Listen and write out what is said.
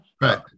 Right